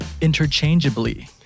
Interchangeably